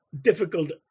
difficult